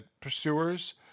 pursuers